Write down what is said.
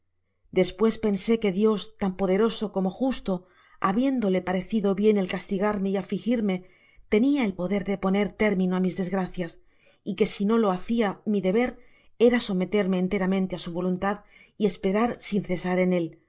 despues pensé que dios tau poderoso como justo habiéndole parecido bien el castigarme y afligirme tenia el poder de poner término á mis desgracias y que si no lo hacia mi deber era someterme enteramente á su voluntad y esperar sin cesar en él